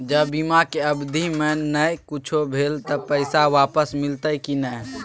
ज बीमा के अवधि म नय कुछो भेल त पैसा वापस मिलते की नय?